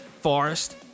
forest